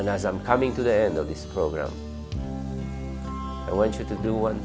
and as i'm coming to the end of this program i want you to do one